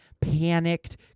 panicked